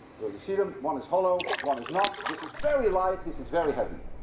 you see them. one is hollow, one is not. this is very light this is very heavy.